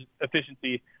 efficiency